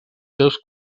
seus